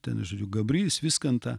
ten žiūriu gabrys viskanta